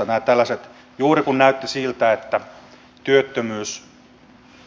kyllähän nämä tällaiset juuri kun näytti siltä että työttömyys